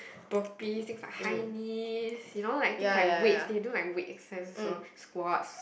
poppi things like high knees you know like thing like weigh they don't like weigh sense so squat